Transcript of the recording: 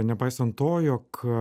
nepaisant to jog